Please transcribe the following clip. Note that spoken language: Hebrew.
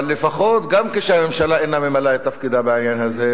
אבל לפחות גם כשהממשלה אינה ממלאת את תפקידה בעניין הזה,